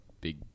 big